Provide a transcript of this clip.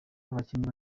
abakinnyi